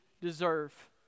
deserve